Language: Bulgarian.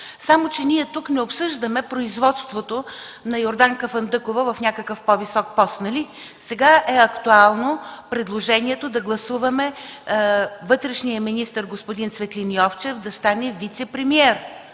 Само че ние тук не обсъждаме производството на Йорданка Фандъкова в някакъв по-висок пост. Сега е актуално предложението да гласуваме вътрешният министър Цветлин Йовчев да стане вицепремиер.